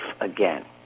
again